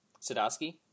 Sadowski